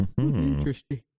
Interesting